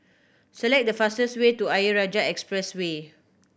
select the fastest way to Ayer Rajah Expressway